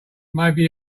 maybe